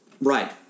Right